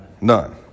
None